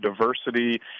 diversity